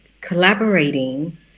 collaborating